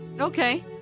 Okay